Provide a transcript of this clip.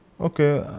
Okay